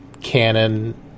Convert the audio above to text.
canon